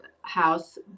house